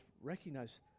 recognize